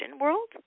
world